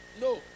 No